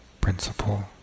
principle